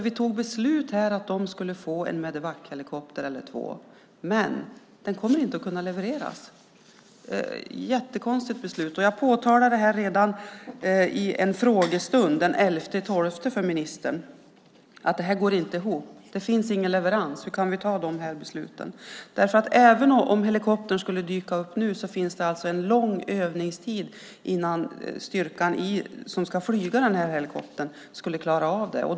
Vi tog beslut här om att de skulle få en Medevachelikopter eller två, men den kommer inte att kunna levereras. Det är ett jättekonstigt beslut. Jag påtalade redan i en frågestund den 11 december för ministern att det här inte går ihop. Det finns ingen leverans. Hur kan vi ta de besluten? Även om helikoptern skulle dyka upp nu är det en lång övningstid innan styrkan som ska flyga helikoptern skulle klara av det.